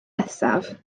nesaf